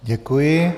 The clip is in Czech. Děkuji.